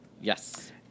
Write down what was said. Yes